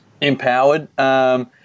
empowered